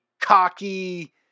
Cocky